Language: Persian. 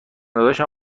داداشم